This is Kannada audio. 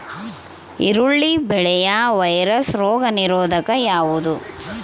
ಈರುಳ್ಳಿ ಬೆಳೆಯ ವೈರಸ್ ರೋಗ ನಿರೋಧಕ ಯಾವುದು?